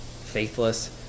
faithless